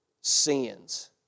sins